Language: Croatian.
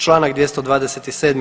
Članak 227.